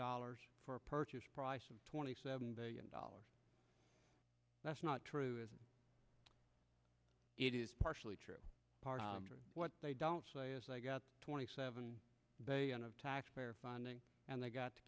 dollars for a purchase price of twenty seven billion dollars that's not true is it is partially true what they don't say is i got twenty seven billion of taxpayer funding and they